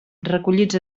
recollits